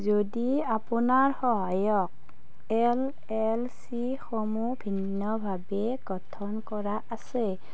যদি আপোনাৰ সহায়ক এল এল চিসমূহ ভিন্নভাৱে গঠন কৰা আছে